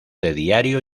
diario